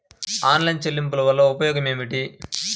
Online చెల్లింపుల వల్ల ఉపయోగమేమిటీ?